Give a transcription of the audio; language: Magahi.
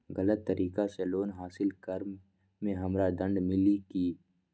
गलत तरीका से लोन हासिल कर्म मे हमरा दंड मिली कि?